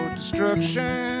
destruction